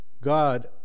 God